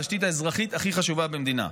התשתית האזרחית הכי חשובה במדינה.